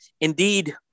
indeed